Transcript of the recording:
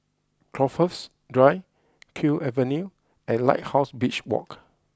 Crowhurst Drive Kew Avenue and Lighthouse Beach Walk